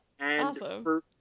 awesome